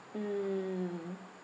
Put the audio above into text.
mm